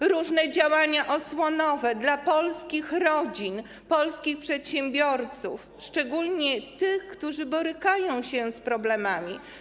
Są różne działania osłonowe dla polskich rodzin, polskich przedsiębiorców, szczególnie tych, którzy borykają się z problemami.